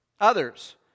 others